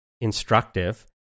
instructive